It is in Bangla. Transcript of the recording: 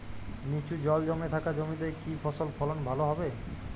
নিচু জল জমে থাকা জমিতে কি ফসল ফলন ভালো হবে?